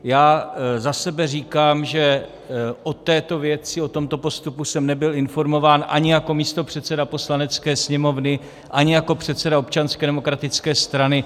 Za sebe říkám, že o této věci, o tomto postupu, jsem nebyl informován ani jako místopředseda Poslanecké sněmovny, ani jako předseda Občanské demokratické strany.